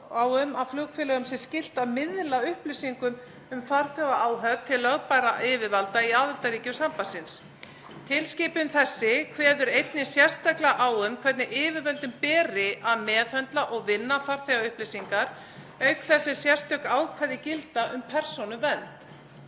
á um að flugfélögum sé skylt að miðla upplýsingum um farþega og áhöfn til lögbærra yfirvalda í aðildarríkjum sambandsins. Tilskipun þessi kveður einnig sérstaklega á um hvernig yfirvöldum beri að meðhöndla og vinna farþegaupplýsingar auk þess sem sérstök ákvæði gilda um persónuvernd.